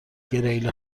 گریل